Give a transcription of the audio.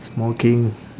smoking